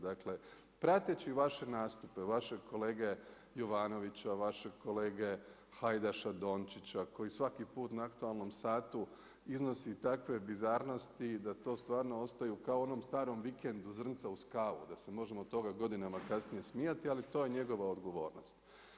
Dakle, prateći vaše nastupe vašeg kolege Jovanovića, vašeg kolege Hajdaša Dončića, koji svaki put na aktualnom satu iznosu takve bizarnosti da to stvarno ostaju kao u onom starom vikendu zrnca uz kavu, da se možemo od toga godinama kasnije smijati, ali to je njegova odgovornost.